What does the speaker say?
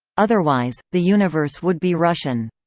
otherwise, the universe would be russian.